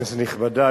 כנסת נכבדה,